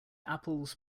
apples